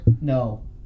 no